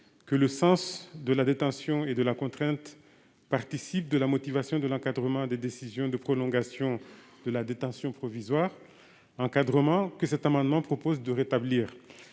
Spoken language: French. que le sens de la détention et de la contrainte participe de la motivation de l'encadrement des décisions de prolongation de la détention provisoire, encadrement que cet amendement vise à rétablir.